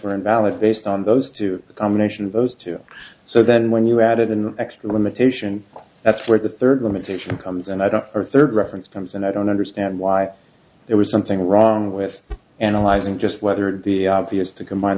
for invalid based on those two combination of those two so then when you added in the extra limitation that's where the third limitation comes and i don't or third reference comes and i don't understand why there was something wrong with analyzing just whether the obvious to combine